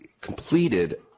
completed